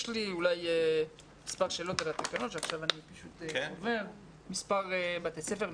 יש לי מספר שאלות על התקנות מספר בתי ספר,